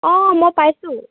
অঁ মই পাইছোঁ